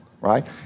right